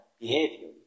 behavior